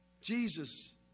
Jesus